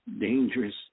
dangerous